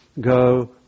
go